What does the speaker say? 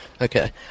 Okay